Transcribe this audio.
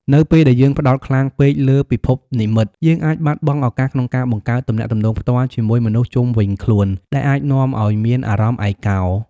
នៅពេលដែលយើងផ្ដោតខ្លាំងពេកលើពិភពនិម្មិត យើងអាចបាត់បង់ឱកាសក្នុងការបង្កើតទំនាក់ទំនងផ្ទាល់ជាមួយមនុស្សជុំវិញខ្លួន ដែលអាចនាំឱ្យមានអារម្មណ៍ឯកោ។